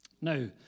Now